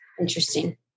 Interesting